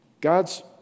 God's